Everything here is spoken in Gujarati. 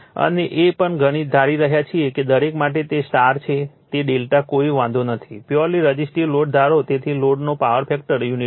અનેએ પણ ધારી રહ્યા છીએ કે તે દરેક માટે છે કે તે સ્ટાર છે કે Δ કોઈ વાંધો નથી પ્યોર્લી રઝિસ્ટીવ લોડ ધારો તેથી લોડનો પાવર ફેક્ટર યુનિટી છે